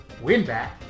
Winback